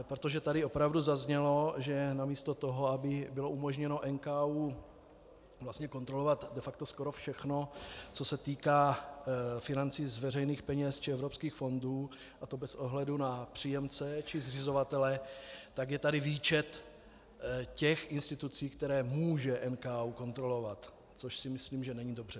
Protože tady opravdu zaznělo, že namísto toho, aby bylo umožněno NKÚ kontrolovat de facto skoro všechno, co se týká financí z veřejných peněz či evropských fondů, a to bez ohledu na příjemce či zřizovatele, tak je tady výčet těch institucí, které může NKÚ kontrolovat, což si myslím, že není dobře.